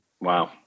Wow